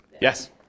Yes